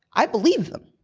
i believed them.